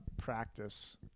practice